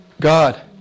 God